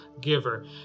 giver